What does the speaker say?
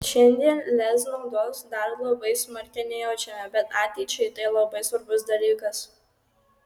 šiandien lez naudos dar labai smarkiai nejaučiame bet ateičiai tai labai svarbus dalykas